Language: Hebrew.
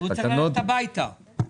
ללכת הביתה.